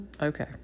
okay